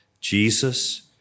Jesus